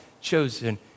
chosen